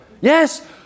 Yes